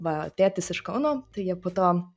va tėtis iš kauno tai jie po to